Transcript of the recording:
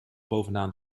bovenaan